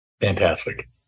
Fantastic